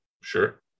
sure